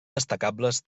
destacables